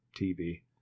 TV